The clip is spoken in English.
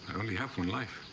only have one life.